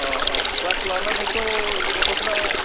class लानानैथ' गथफ्रा